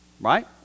Right